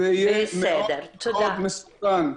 זה יהיה מאוד מסוכן.